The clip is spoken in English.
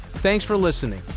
thanks for listening.